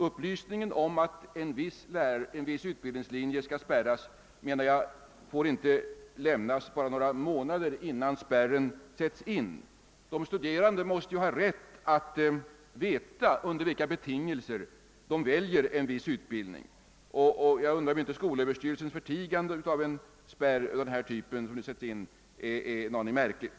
Upplysningen om att en viss utbildningslinje skall spärras får inte lämnas bara några månader innan spärren sätts in. De studerande måste ha rätt att veta under vilka betingelser de väljer en viss utbildning. Skolöverstyrelsens förtigande av en spärr av den typ som nu sätts in finner jag en aning märkligt.